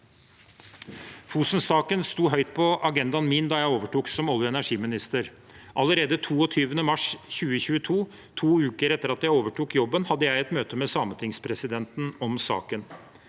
Fosen-saken sto høyt på agendaen min da jeg overtok som olje- og energiminister. Allerede 22. mars 2022, to uker etter at jeg overtok jobben, hadde jeg et møte med sametingspresidenten om saken.